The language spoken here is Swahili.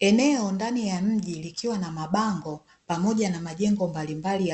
Eneo ndani ya mji likiwa na mabango pamoja na majengo mbalimbali